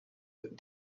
but